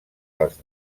les